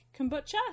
kombucha